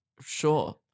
Sure